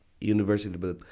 University